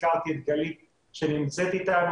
הזכרתי את גלית שנמצאת איתנו,